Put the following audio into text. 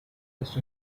just